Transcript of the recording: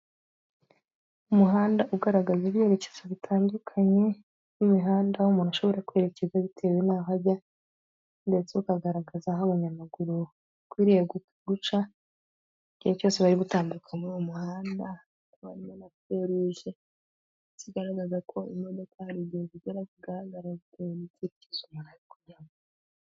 Umuhanda ugaragaza ibyerekezo bitandukanye, n'imihanda umuntu ashobora kwerekeza bitewe n'aho ajya ndetse ukagaragaza aho abanyamaguru bakwiriye guca igihe cyose bari gutambuka muri uwo muhanda, ndetse hakaba harimo na feruje zigaragaza ko imodoka hari igihe kigera zigahagarara bitewe n'icyerekezo ziri kujyamo.